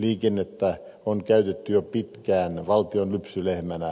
liikennettä on käytetty jo pitkään valtion lypsylehmänä